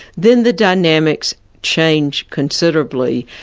then the dynamics change considerably.